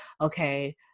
okay